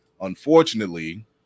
unfortunately